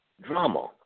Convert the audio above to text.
drama